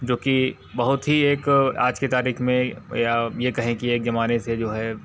जो की बहुत ही एक आज की तारीख में या ये कहें कि एक ज़माने से जो है